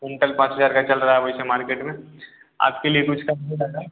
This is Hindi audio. कुंटल पाँच हज़ार का चल रहा वैसे मार्केट में आपके लिए कुछ कम हो जाएगा